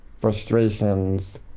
frustrations